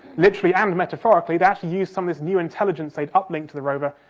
literally and metaphorically, they actually used some of this new intelligence they'd uplinked to the rover,